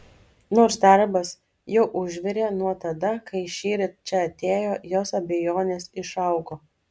nors darbas jau užvirė nuo tada kai šįryt čia atėjo jos abejonės išaugo